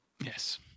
yes